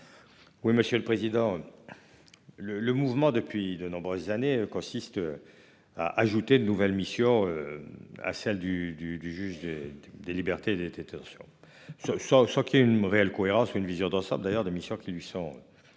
Oui, monsieur le président. Le le mouvement depuis de nombreuses années consiste. À ajouter de nouvelles missions. À celle du du du juge. Des libertés et des tuteurs sur ce soir. Je crois qu'il y ait une réelle cohérence. Une vision d'ensemble d'ailleurs des missions qui lui sont.